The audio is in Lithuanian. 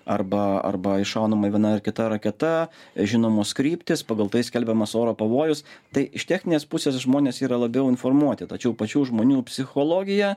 arba arba iššaunama viena ar kita raketa žinomos kryptys pagal tai skelbiamas oro pavojus tai iš techninės pusės žmonės yra labiau informuoti tačiau pačių žmonių psichologija